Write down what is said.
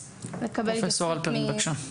פרופ' הלפרן, בבקשה.